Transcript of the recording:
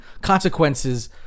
consequences